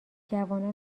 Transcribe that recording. جوانان